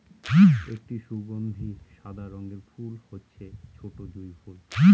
একটি সুগন্ধি সাদা রঙের ফুল হচ্ছে ছোটো জুঁই ফুল